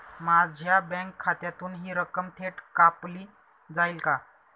माझ्या बँक खात्यातून हि रक्कम थेट कापली जाईल का?